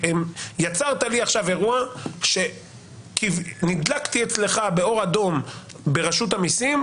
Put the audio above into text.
יצרת לי אירוע שנדלקתי אצלך באור אדום ברשות המיסים,